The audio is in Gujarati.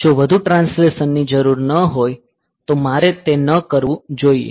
જો વધુ ટ્રાન્સલેશનની જરૂર ન હોય તો મારે તે ન કરવું જોઈએ